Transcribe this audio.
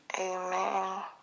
Amen